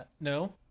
no